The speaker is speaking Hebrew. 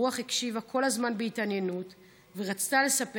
הרוח הקשיבה כל הזמן בהתעניינות ורצתה לספר